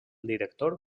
director